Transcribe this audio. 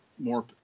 more